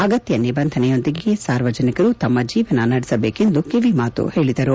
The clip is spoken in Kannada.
ಅಗತ್ಯ ನಿಬಂಧನೆಯೊಂದಿಗೆ ಸಾರ್ವಜನಿಕರು ತಮ್ಮ ಜನ ಜೀವನವನ್ನು ನಡೆಸಬೇಕು ಎಂದು ಕಿವಿಮಾತು ಹೇಳಿದರು